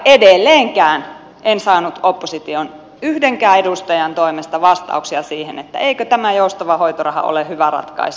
edelleenkään en saanut opposition yhdenkään edustajan toimesta vastauksia siihen että eikö tämä joustava hoitoraha ole hyvä ratkaisu